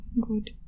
good